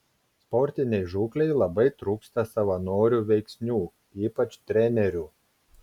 sportinei žūklei labai trūksta savanorių veiksnių ypač trenerių